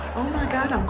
oh my god, i'm